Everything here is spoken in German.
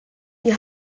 die